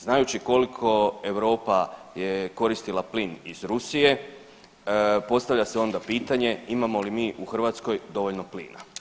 Znajući koliko Europa je koristila plin iz Rusije postavlja se onda pitanje imamo li mi u Hrvatskoj dovoljno plina.